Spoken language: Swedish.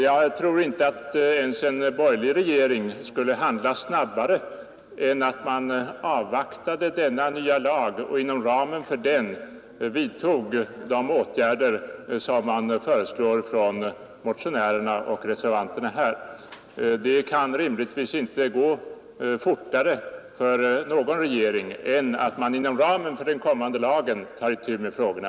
Jag tror inte att ens en borgerlig regering skulle handla snabbare än att man avvaktade denna nya lag och inom ramen för den vidtog de åtgärder som motionärerna och reservanterna här har föreslagit. Det kan rimligtvis inte gå fortare för någon regering än att man inom ramen för den kommande lagen tar itu med frågorna.